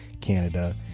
canada